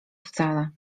wcale